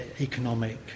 economic